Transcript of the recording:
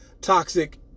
toxic